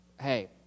hey